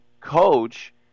coach